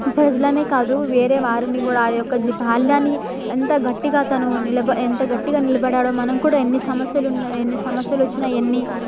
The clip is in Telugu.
ప్రజలనే కాదు వేరే వారిని కూడా యొక్క జి బాల్యాన్ని ఎంత గట్టిగా తను నిలబె ఎంత గట్టిగా నిలబడ్డాడో మనం కూడా ఎన్ని సమస్యలున్నా ఎన్ని సమస్యలు వచ్చినా ఎన్ని